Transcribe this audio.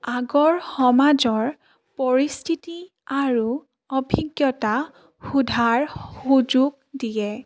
আগৰ সমাজৰ পৰিস্থিতি আৰু অভিজ্ঞতা সোধাৰ সুযোগ দিয়ে